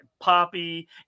Poppy